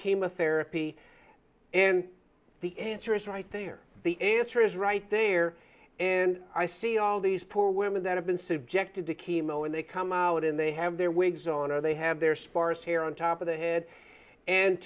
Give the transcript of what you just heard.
chemotherapy and the answer is right there the answer is right there and i see all these poor women that have been subjected to chemo and they come out in they have their wigs on or they have their sparse hair on top of their head and